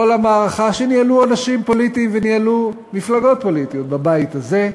כל המערכה שניהלו אנשים פוליטיים וניהלו מפלגות פוליטיות בבית הזה,